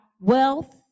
wealth